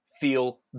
feel